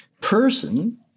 Person